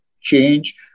change